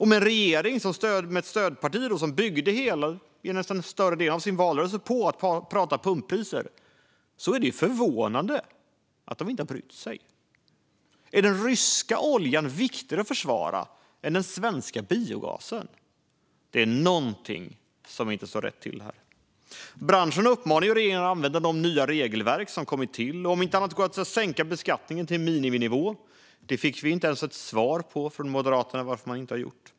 Med regeringspartier och ett stödparti som byggde större delen av sin valrörelse på att prata pumppriser är det förvånande att de inte har brytt sig. Är den ryska oljan viktigare att försvara än den svenska biogasen? Något står inte rätt till. Branschen uppmanar regeringen att använda de nya regelverken. Om inte annat går det att sänka skatten till miniminivå. Men vi fick inte ens ett svar från Moderaterna på varför regeringen inte har gjort det.